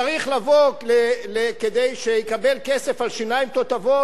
שכדי לקבל כסף לשיניים תותבות הוא חייב לבוא